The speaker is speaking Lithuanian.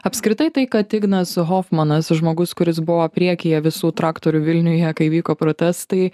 apskritai tai kad ignas hofmanas žmogus kuris buvo priekyje visų traktorių vilniuje kai vyko protestai